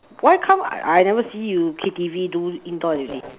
why come I never see you K_T_V do indoor activity